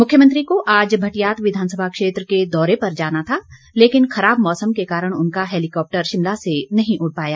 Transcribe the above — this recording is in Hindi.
मुख्यमंत्री को आज भटियात विधानसभा क्षेत्र के दौरे पर जाना था लेकिन खराब मौसम के कारण उनका हैलीकॉप्टर शिमला से नहीं उड़ पाया